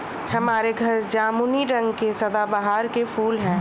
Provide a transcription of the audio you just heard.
हमारे घर जामुनी रंग के सदाबहार के फूल हैं